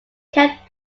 kept